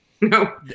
No